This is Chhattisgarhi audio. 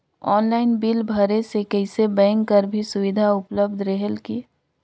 ऑनलाइन बिल भरे से कइसे बैंक कर भी सुविधा उपलब्ध रेहेल की?